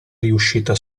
riuscita